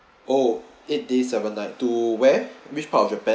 oh eight days seven nine two where which part of japan